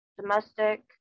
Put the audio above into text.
Domestic